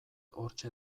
hortxe